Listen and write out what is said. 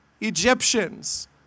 Egyptians